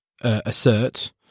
assert